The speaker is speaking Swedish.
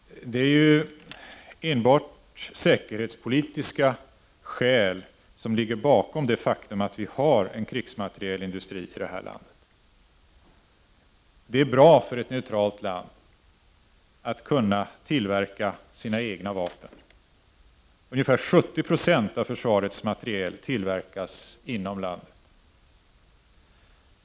Det är ju enbart säkerhetspolitiska skäl som ligger bakom det faktum att vi har en krigsmaterielindustri här i landet. Det är bra för ett neutralt land att kunna tillverka sina egna vapen. Ungefär 70 90 av försvarets materiel tillverkas inom landet.